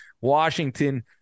Washington